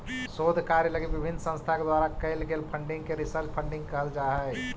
शोध कार्य लगी विभिन्न संस्था के द्वारा कैल गेल फंडिंग के रिसर्च फंडिंग कहल जा हई